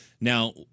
Now